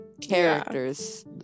Characters